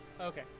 okay